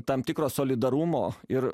tam tikro solidarumo ir